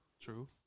True